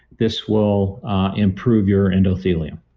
this will improve your endothelium.